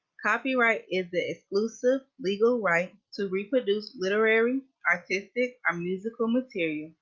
copyright is the exclusive legal right to reproduce literary artistic or musical material.